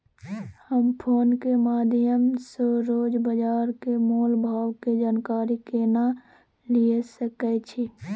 हम फोन के माध्यम सो रोज बाजार के मोल भाव के जानकारी केना लिए सके छी?